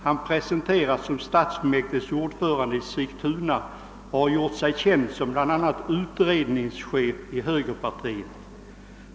Han presenteras som stadsfullmäktiges ordförande i Sigtuna och har gjort sig känd som bl.a. utredningschef i högerpartiet.